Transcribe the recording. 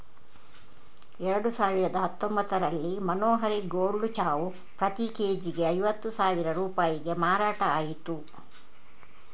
ಎರಡು ಸಾವಿರದ ಹತ್ತೊಂಭತ್ತರಲ್ಲಿ ಮನೋಹರಿ ಗೋಲ್ಡ್ ಚಾವು ಪ್ರತಿ ಕೆ.ಜಿಗೆ ಐವತ್ತು ಸಾವಿರ ರೂಪಾಯಿಗೆ ಮಾರಾಟ ಆಯ್ತು